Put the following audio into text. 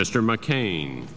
mr mccain